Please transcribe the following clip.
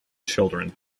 children